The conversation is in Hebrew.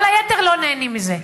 כל היתר לא נהנים מזה.